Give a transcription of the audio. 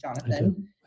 Jonathan